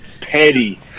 petty